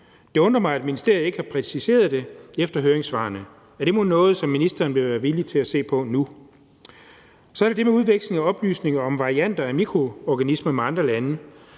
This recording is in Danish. det undrer mig, at ministeriet ikke har præciseret det efter høringssvarene. Er det mon noget, som ministeren vil være villig til at se på nu? Så er der det med udvekslingen af oplysninger om varianter af mikroorganismer med andre lande,